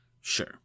Sure